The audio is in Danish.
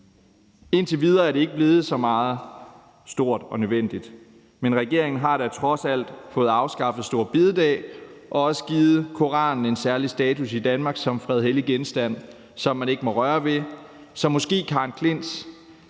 Indtil videre er det ikke blevet så meget stort og nødvendigt, men regeringen har dog trods alt fået afskaffet store bededag og også givet Koranen en særlig status i Danmark som fredhellig genstand, som man ikke må røre ved. Så måske Karen J. Klints